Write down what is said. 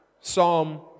Psalm